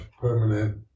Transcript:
permanent